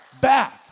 back